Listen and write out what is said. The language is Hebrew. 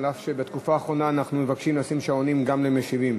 אף שבתקופה האחרונה אנחנו מבקשים לשים שעונים גם למשיבים,